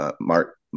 Mark